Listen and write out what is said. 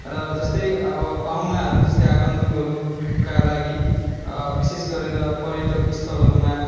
र जस्तै अब पाहुनाहरू जस्तै आगन्तुकहरूका लागि विशेष गरेर पर्यटक स्थलहरूमा